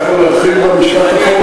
אתה יכול להרחיב על המשפט האחרון?